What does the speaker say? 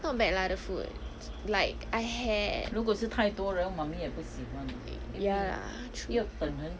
not bad lah the food like I had ya lah true